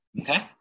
okay